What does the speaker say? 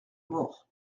mort